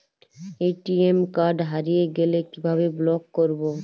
ATM card হারিয়ে গেলে কিভাবে ব্লক করবো?